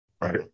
right